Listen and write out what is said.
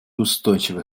устойчивый